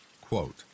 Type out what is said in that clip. quote